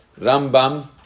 Rambam